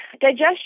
Digestion